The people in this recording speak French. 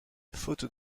faute